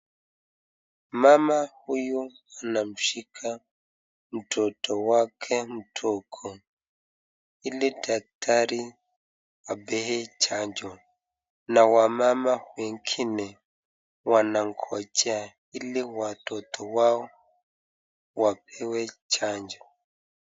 Mama huyu anamshika mtoto wake mdogo ili daktari ampee chanjo na wamama wengine wanangojea ili watoto wao wapewe chanjo.